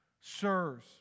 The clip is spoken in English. Sirs